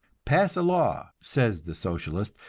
pass a law, says the socialist,